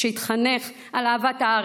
שהתחנך על אהבת הארץ,